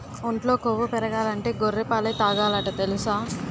ఒంట్లో కొవ్వు పెరగాలంటే గొర్రె పాలే తాగాలట తెలుసా?